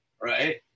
right